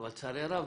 אבל לצערי הרב